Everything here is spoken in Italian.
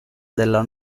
della